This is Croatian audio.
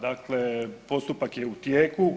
Dakle, postupak je u tijeku.